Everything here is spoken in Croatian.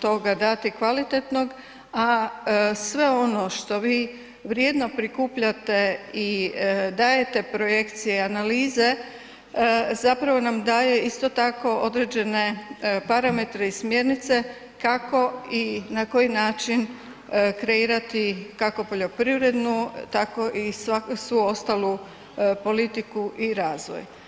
toga dati kvalitetnog, a sve ono što vi vrijedno prikupljate i dajete projekcije i analize zapravo nam daje isto tako određene parametre i smjernice kako i na koji način kreirati kako poljoprivrednu, tako i svu ostalu politiku i razvoj.